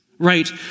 right